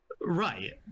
right